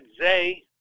Zay